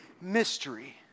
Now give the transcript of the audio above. mystery